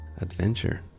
Adventure